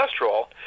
cholesterol